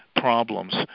problems